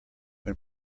when